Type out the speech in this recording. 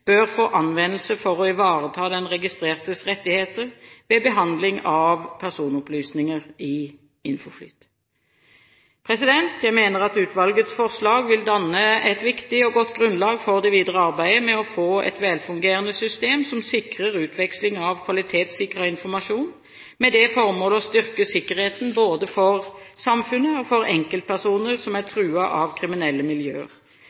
i INFOFLYT. Jeg mener at utvalgets forslag vil danne et viktig og godt grunnlag for det videre arbeidet med å få et velfungerende system som sikrer utveksling av kvalitetssikret informasjon, med det formål å styrke sikkerheten for både samfunnet og enkeltpersoner som er truet av kriminelle miljøer.